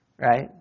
right